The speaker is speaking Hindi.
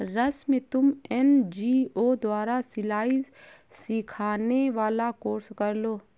रश्मि तुम एन.जी.ओ द्वारा सिलाई सिखाने वाला कोर्स कर लो